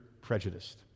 prejudiced